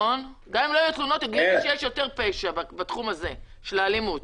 גם אם לא יהיו תלונות גילו יותר פשע בתחום הזה של האלימות.